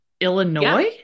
Illinois